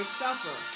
suffer